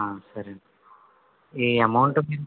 సరేనండి ఈ అమౌంట్